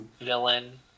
villain